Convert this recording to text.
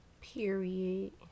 Period